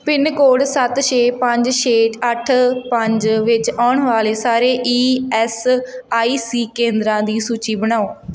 pin code ਸੱਤ ਛੇ ਪੰਜ ਛੇ ਅੱਠ ਪੰਜ ਵਿੱਚ ਆਉਣ ਵਾਲੇ ਸਾਰੇ ਈ ਐੱਸ ਆਈ ਸੀ ਕੇਂਦਰਾਂ ਦੀ ਸੂਚੀ ਬਣਾਓ